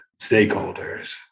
stakeholders